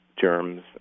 germs